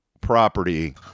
property